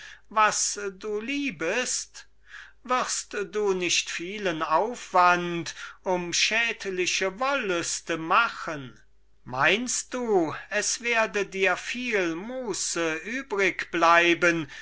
was du liebest wirst du nicht vielen aufwand auf schädliche wollüste machen meinst du es werde dir viel muße übrig bleiben